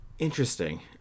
interesting